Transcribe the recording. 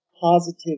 positive